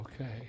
okay